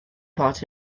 part